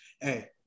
hey